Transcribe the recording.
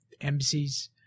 embassies